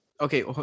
Okay